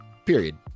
Period